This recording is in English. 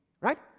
Right